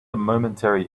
momentary